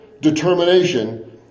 determination